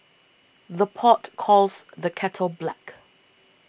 the pot calls the kettle black